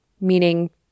meaning